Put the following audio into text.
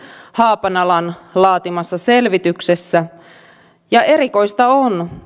haapanalan laatimassa selvityksessä erikoista on